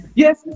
yes